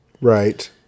Right